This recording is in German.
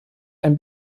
ein